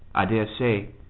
i daresay,